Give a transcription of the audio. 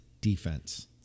defense